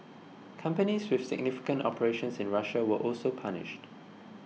companies with significant operations in Russia were also punished